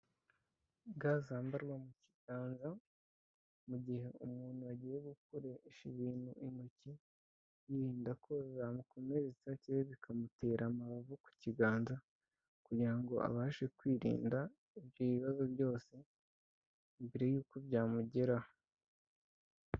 Ga zambarwa mu kiganza mu gihe umuntu agiye gukoresha ibintu intoki, yirinda ko zamukomeretsa cyangwa bikamutera amabavu ku kiganza kugira ngo abashe kwirinda ibyo bibazo byose mbere y'uko byamugeraho.